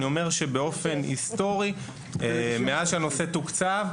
אני אומר שבאופן הסטורי מאז שהנושא תוקצב,